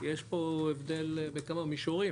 יש פה הבדל בכמה מישורים,